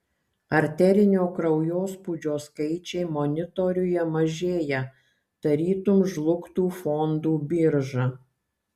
arterinio kraujospūdžio skaičiai monitoriuje mažėja tarytum žlugtų fondų birža